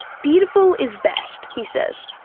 beautiful is best he says.